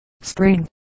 Spring